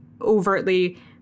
overtly